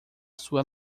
sua